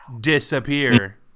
disappear